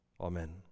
Amen